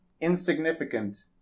insignificant